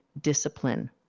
discipline